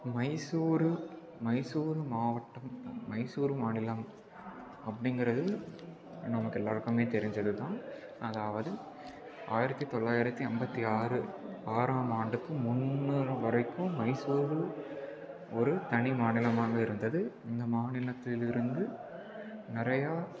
மைசூரு மைசூர் மாவட்டம் மைசூர் மாநிலம் அப்படிங்கிறது நமக்கு எல்லாருக்குமே தெரிஞ்சது தான் அதாவது ஆயிரத்து தொள்ளாயிரத்து ஐம்பத்தி ஆறு ஆறாம் ஆண்டுக்கு முந்நூறு வரைக்கும் மைசூரு ஒரு தனி மாநிலமாக இருந்தது இந்த மாநிலத்திலிருந்து நிறையா